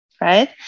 right